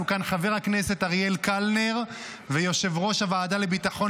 כאן חבר הכנסת אריאל קלנר ויושב-ראש הוועדה לביטחון